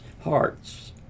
hearts